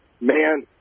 man